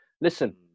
Listen